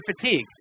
fatigue